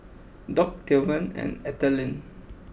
Dock Tillman and Ethelyn